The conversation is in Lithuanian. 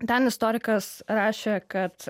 ten istorikas rašė kad